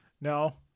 No